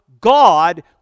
God